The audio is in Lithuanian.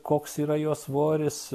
koks yra jo svoris